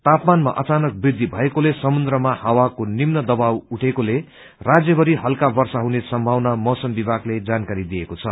तापमानमा अचानक वृद्धि भएकोले समुन्द्रमा हावाको निम्ति दवाब उठेकोले राज्यभरि हल्का वर्षा हुने सम्भावना मौसम विभागले जानकारी दिएको छ